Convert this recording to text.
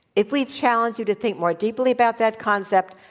if we challenged you to think more deeply about that concept,